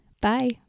Bye